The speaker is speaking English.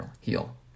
heal